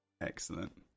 Excellent